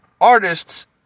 artists